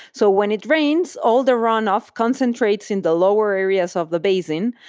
so, when it rains, all the runoff concentrates in the lower areas of the basin,